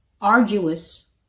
arduous